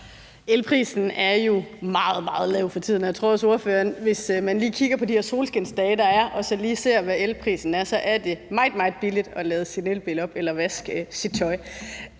Elprisen er jo meget, meget lav for tiden, og jeg tror også, at hvis man lige kigger på de her solskinsdage, der er, og så lige ser, hvad elprisen er, så er det meget, meget billigt at lade sin elbil op eller vaske sit tøj.